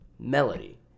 melody